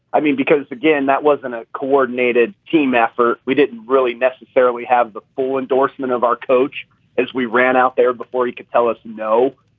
i mean, because, again, that wasn't a coordinated team effort. we didn't really necessarily have the full endorsement of our coach as we ran out there before he could tell us no.